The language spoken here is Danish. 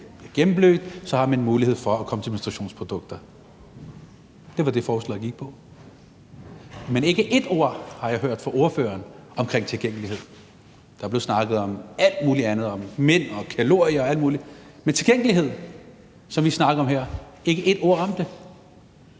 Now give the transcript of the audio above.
bliver gennemblødt, så har man mulighed for at komme til menstruationsprodukter. Det var det, forslaget gik på. Men ikke ét ord har jeg hørt fra ordføreren om tilgængelighed. Der blev snakket om alt muligt andet, om mænd og kalorier og alt muligt. Men tilgængelighed, som vi snakker om her, var der ikke ét ord om.